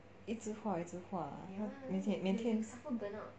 一直一直画每天